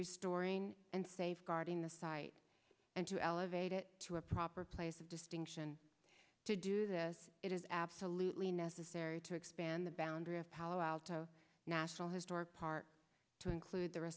restoring and safeguarding the site and to elevate it to a proper place of distinction to do this it is absolutely necessary to expand the boundary of palo alto national historic park to include the